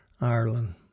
Ireland